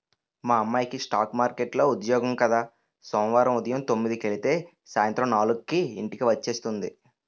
మా అమ్మాయికి స్ఠాక్ మార్కెట్లో ఉద్యోగం కద సోమవారం ఉదయం తొమ్మిదికెలితే సాయంత్రం నాలుక్కి ఇంటికి వచ్చేస్తుంది